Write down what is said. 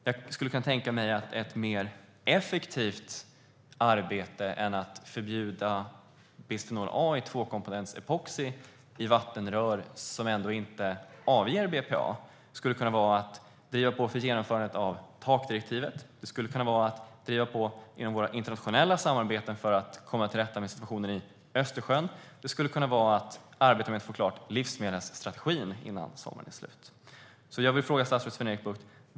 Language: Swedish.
Jag kan tänka mig att ett mer effektivt arbete än att förbjuda bisfenol A i tvåkomponentsepoxy i vattenrör som ändå inte avger BPA skulle kunna vara att driva på för genomförandet av takdirektivet. Det skulle kunna vara att driva på inom våra internationella samarbeten för att komma till rätta med situationen i Östersjön. Det skulle kunna vara att arbeta med att få klart livsmedelsstrategin innan sommaren är över.